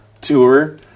tour